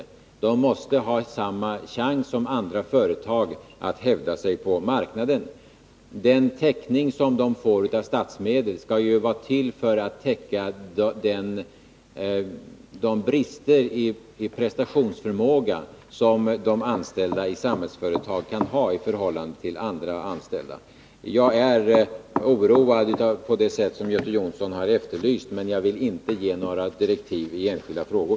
Samhällsföretag måste ha samma chans som andra företag att hävda sig på marknaden. Den täckning som företaget får av statsmedel skall ju vara till för att täcka de brister i prestationsförmåga som de anställda i Samhällsföretag kan ha i förhållande till andra anställda. Jag är oroad med anledning av det sätt på vilket Göte Jonsson frågade, men jag vill inte ge några direktiv i enskilda frågor.